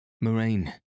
Moraine